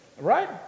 right